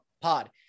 Pod